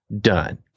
done